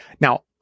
Now